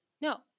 no